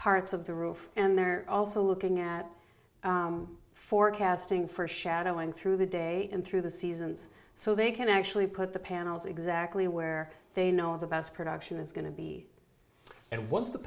parts of the roof and they're also looking at forecasting for shadowing through the day and through the seasons so they can actually put the panels exactly where they know the best production is going to be and